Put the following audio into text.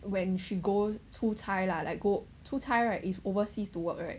when she go 出差 lah like go 出差 right is overseas to work right